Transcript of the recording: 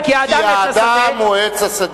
כי האדם הוא עץ השדה.